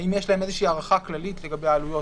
האם יש להם הערכה כללית לגבי עלויות?